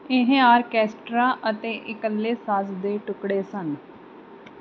ਇਹ ਆਰਕੈਸਟਰਾ ਅਤੇ ਇਕੱਲੇ ਸਾਜ਼ ਦੇ ਟੁਕੜੇ ਸਨ